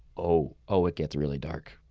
oh, oh, it gets really dark.